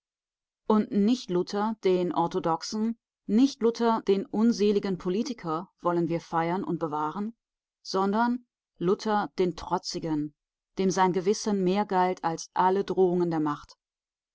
und nicht luther den orthodoxen nicht luther den unseligen politiker wollen wir feiern und bewahren sondern luther den trotzigen dem sein gewissen mehr galt als alle drohungen der macht